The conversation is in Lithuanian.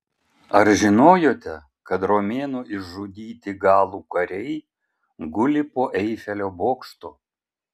ar žinojote kad romėnų išžudyti galų kariai guli po eifelio bokštu